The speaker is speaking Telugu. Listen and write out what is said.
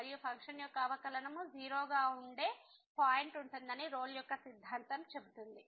మరియు ఫంక్షన్ యొక్క అవకలనము 0 గా ఉండే పాయింట్ ఉంటుందని రోల్ యొక్క సిద్ధాంతం చెబుతుంది